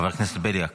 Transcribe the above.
חבר הכנסת בליאק.